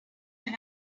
are